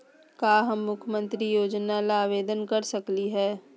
का हम मुख्यमंत्री योजना ला आवेदन कर सकली हई?